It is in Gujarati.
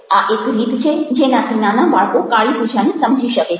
આ એક રીત છે જેનાથી નાના બાળકો કાળીપૂજાને સમજી શકે છે